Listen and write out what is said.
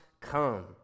come